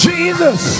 Jesus